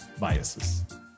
biases